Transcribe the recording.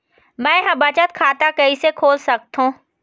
मै ह बचत खाता कइसे खोल सकथों?